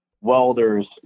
welders